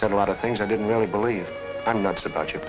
spent a lot of things i didn't really believe i'm nuts about you